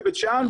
בבית שאן,